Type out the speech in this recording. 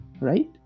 right